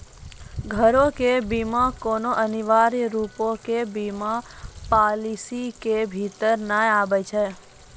घरो के बीमा कोनो अनिवार्य रुपो के बीमा पालिसी के भीतर नै आबै छै